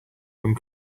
one